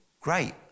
Great